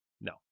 No